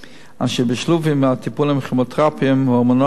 אשר בשילוב עם הטיפולים הכימותרפיים וההורמונליים